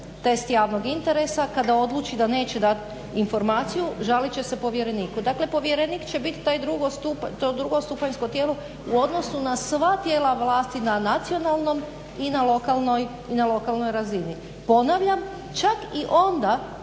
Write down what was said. test javnog interesa kada odluči da neće dati informaciju žalit će se povjereniku. Dakle povjerenik će biti to drugostupanjsko tijelo u odnosu na sva tijela vlasti na nacionalnom i na lokalnoj razini. Ponavljam, čak i onda